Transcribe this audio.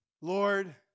Lord